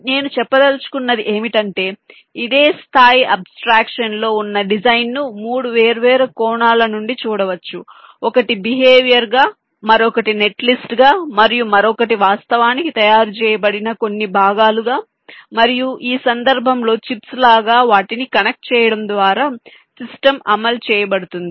కాబట్టి నేను చెప్పదలచుకున్నది ఏమిటంటే ఇదే స్థాయి అబ్స్ట్రాక్షన్ లో ఉన్న డిజైన్ను 3 వేర్వేరు కోణాల నుండి చూడవచ్చు ఒకటి బిహేవియర్ గా మరొకటి నెట్ లిస్ట్ గా మరియు మరొకటి వాస్తవానికి తయారు చేయబడిన కొన్ని భాగాలుగా మరియు ఈ సందర్భంలో చిప్స్ లాగా వాటిని కనెక్ట్ చేయడం ద్వారా సిస్టమ్ అమలు చేయబడుతుంది